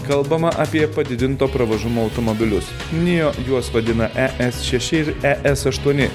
kalbama apie padidinto pravažumo automobilius nijo juos vadina e es šeši ir e es aštuoni